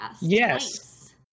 Yes